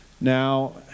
Now